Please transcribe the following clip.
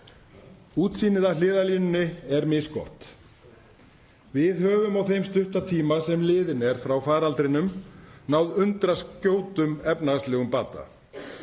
Útsýnið af hliðarlínunni er misgott. Við höfum á þeim stutta tíma sem liðinn er frá faraldrinum náð undraskjótum efnahagslegum bata.